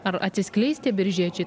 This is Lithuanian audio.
ar atsiskleis tie biržiečiai